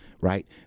right